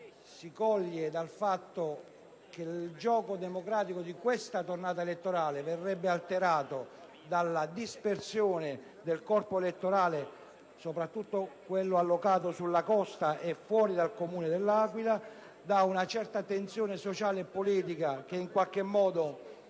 circostanza che il gioco democratico di questa tornata elettorale verrebbe alterato dalla dispersione del corpo elettorale, soprattutto quello allocato sulla costa abruzzese e fuori dal Comune dell'Aquila, e in una certa tensione sociale e polemica che si ravvisa